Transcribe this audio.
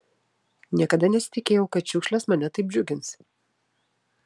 niekada nesitikėjau kad šiukšlės mane taip džiugins